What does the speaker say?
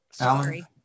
Alan